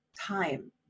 time